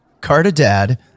cardadad